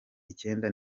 icyenda